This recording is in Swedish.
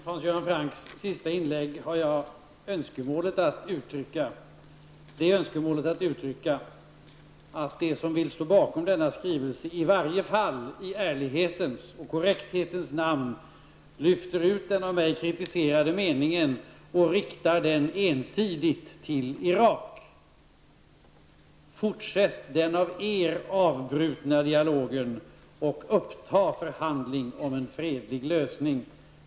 Herr talman! Efter Hans Göran Francks senaste inlägg har jag det önskemålet att uttrycka att de som vill stå bakom denna skrivelse i varje fall i ärlighetens och korrekthetens namn lyfter ut den av mig kritiserade meningen och ensidigt till Irak riktar en mening av följande lydelse: Fortsätt den av er avbrutna dialogen och uppta förhandlingar om en fredlig lösning.